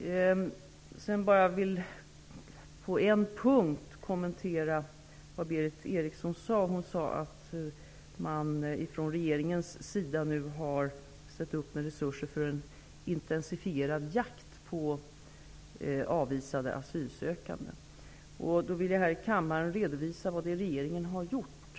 Jag vill på en punkt kommentera det Berith Eriksson sade om att regeringen nu har avsatt resurser för en intensifierad jakt på avvisade asylsökanden. Jag vill här i kammaren redovisa vad regeringen har gjort.